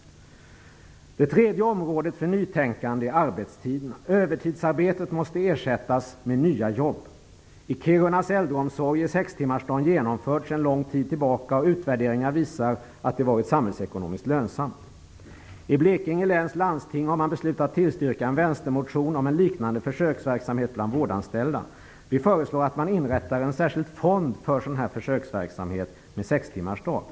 Det tredje området för nytänkande är arbetstiderna. Det övertidsarbete som finns måste ersättas med nya jobb. I Kirunas äldreomsorg är sextimmarsdagen genomförd sedan lång tid tillbaka, och utvärderingar visar att det systemet varit samhällsekonomiskt lönsamt. I Blekinge läns landsting har man beslutat att tillstyrka en Vänstermotion om en liknande försöksverksamhet bland vårdanställda. Vi föreslår att en särskild fond inrättas för försöksverksamhet med sextimmarsdag.